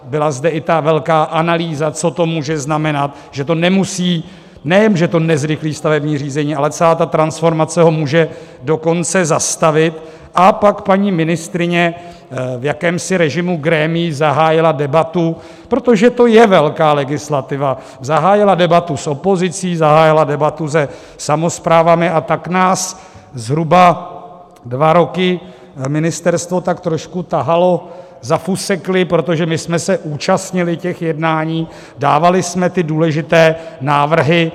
Byla zde i velká analýza, co to může znamenat, že to nemusí nejen že to nezrychlí stavební řízení, ale celá ta transformace ho může dokonce zastavit, a pak paní ministryně v jakémsi režimu grémií zahájila debatu, protože to je velká legislativa, zahájila debatu s opozicí, zahájila debatu se samosprávami, a tak nás zhruba dva roky ministerstvo tak trošku tahalo za fusekli, protože my jsme se účastnili těch jednání, dávali jsme důležité návrhy.